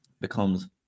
becomes